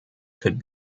could